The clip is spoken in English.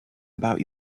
about